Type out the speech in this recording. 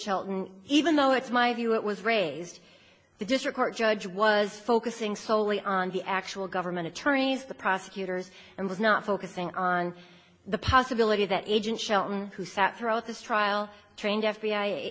shelton even though it's my view it was raised the district court judge was focusing solely on the actual government attorneys the prosecutors and was not focusing on the possibility that agent shelton who sat throughout this trial